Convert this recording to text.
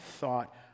thought